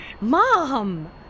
Mom